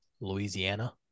Louisiana